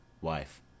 Wife